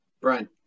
Brian